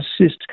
assist